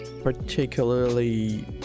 particularly